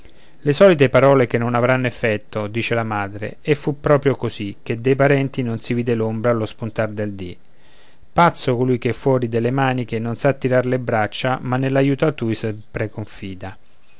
le solite parole che non avranno effetto dice la madre e fu proprio così ché dei parenti non si vide l'ombra allo spuntar del dì pazzo colui che fuori delle maniche non sa tirar le braccia ma